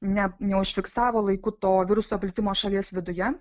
net neužfiksavo laiku to viruso plitimo šalies viduje